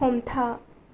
हमथा